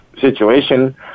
situation